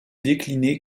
décliné